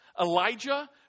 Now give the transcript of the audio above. Elijah